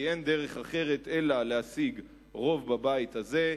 כי אין דרך אחרת אלא להשיג רוב בבית הזה,